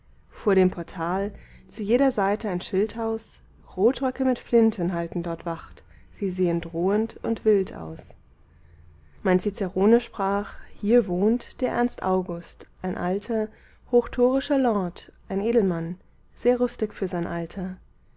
vor dem portal zu jeder seite ein schildhaus rotröcke mit flinten halten dort wacht sie sehen drohend und wild aus mein cicerone sprach hier wohnt der ernst augustus ein alter hochtoryscher lord ein edelmann sehr rüstig für sein alter